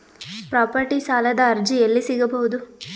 Property ಸಾಲದ ಅರ್ಜಿ ಎಲ್ಲಿ ಸಿಗಬಹುದು?